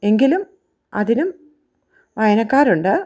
എങ്കിലും അതിനും വായനക്കാരുണ്ട്